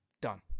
Done